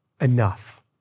enough